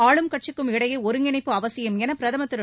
ஆளும் கட்சிக்கும் இடையே ஒருங்கிணைப்பு அவசியம் என பிரதமர் திரு